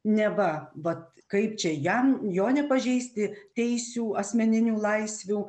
neva vat kaip čia jam jo nepažeisti teisių asmeninių laisvių